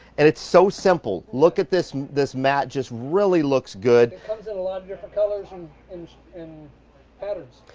and it's so simple. look at this this mat just really looks good. they comes in a lot of yeah colors and and and patterns.